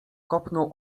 kopnął